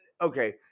okay